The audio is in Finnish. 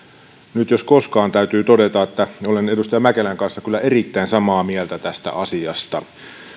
nyt jos koskaan täytyy todeta että olen edustaja mäkelän kanssa kyllä erittäin samaa mieltä tästä asiasta